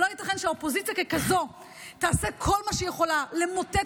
לא ייתכן שהאופוזיציה ככזאת תעשה כל מה שהיא יכולה למוטט